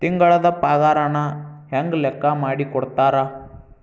ತಿಂಗಳದ್ ಪಾಗಾರನ ಹೆಂಗ್ ಲೆಕ್ಕಾ ಮಾಡಿ ಕೊಡ್ತಾರಾ